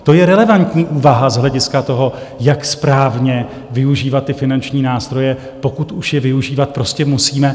To je relevantní úvaha z hlediska toho, jak správně využívat ty finanční nástroje, pokud už je využívat prostě musíme.